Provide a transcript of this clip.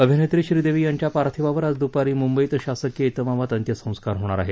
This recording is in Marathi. अभिनेत्री श्रीदेवी यांच्या पार्थिवावर आज दुपारी मुंबईत शासकीय इतमामात अंत्यसंस्कार होणार आहेत